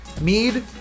mead